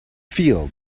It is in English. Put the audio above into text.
feel